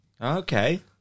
okay